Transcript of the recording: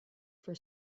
for